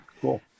Cool